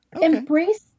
Embrace